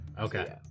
okay